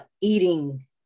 eating